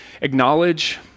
acknowledge